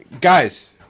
guys